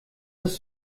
ist